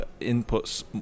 inputs